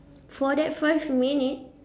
for that first minute